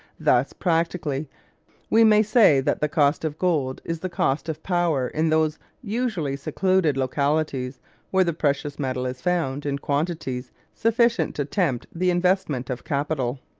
thus practically we may say that the cost of gold is the cost of power in those usually secluded localities where the precious metal is found in quantities sufficient to tempt the investment of capital.